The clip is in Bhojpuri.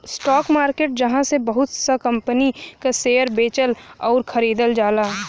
स्टाक मार्केट जहाँ पे बहुत सा कंपनी क शेयर बेचल आउर खरीदल जाला